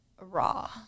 raw